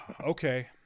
okay